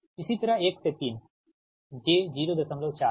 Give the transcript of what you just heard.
इसी तरह 1 से 3 j 04 है